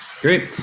Great